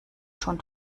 schon